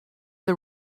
the